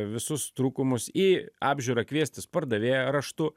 visus trūkumus į apžiūrą kviestis pardavėją raštu